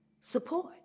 support